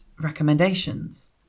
recommendations